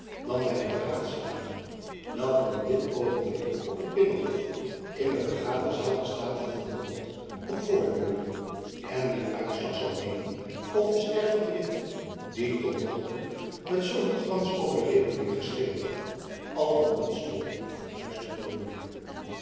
dan by de beraadslagingen welke op dit oogenblik op liet binnenhof in de vergaderzaal der staten van holland nog voortduurden en wier uitslag zoû leeren of de ster van jan de witt die tot nog toe met zooveel glans over de republiek geschenen had al dan niet stond verduisterd te worden